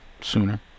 sooner